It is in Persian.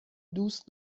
دوست